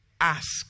Ask